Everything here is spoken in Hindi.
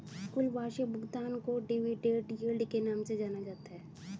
कुल वार्षिक भुगतान को डिविडेन्ड यील्ड के नाम से भी जाना जाता है